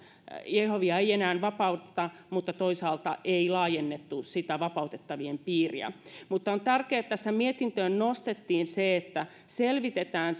jehovia ei enää vapauteta mutta toisaalta ei laajennettu sitä vapautettavien piiriä on tärkeätä että mietintöön nostettiin se että selvitetään